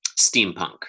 steampunk